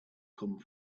come